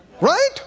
Right